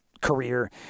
career